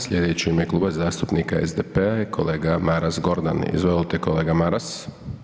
Sljedeći u ime Kluba zastupnika SPD-a je kolega Maras Gordan, izvolite kolega Maras.